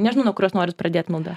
nežinau nuo kurios norit pradėt milda